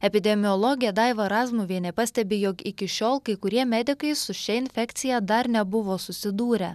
epidemiologė daiva razmuvienė pastebi jog iki šiol kai kurie medikai su šia infekcija dar nebuvo susidūrę